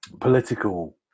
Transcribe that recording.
political